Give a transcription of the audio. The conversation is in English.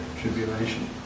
tribulation